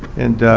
and